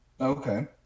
Okay